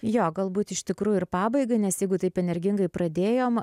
jo galbūt iš tikrųjų ir pabaigai nes jeigu taip energingai pradėjom